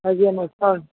હજી એનું સ્થળ